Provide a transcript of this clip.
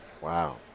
Wow